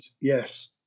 yes